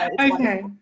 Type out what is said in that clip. Okay